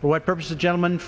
for what purpose the gentleman